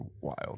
wild